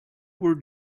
were